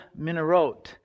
Minerot